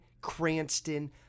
Cranston